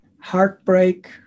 Heartbreak